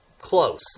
close